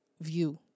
view